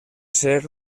ser